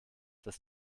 dass